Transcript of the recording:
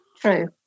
True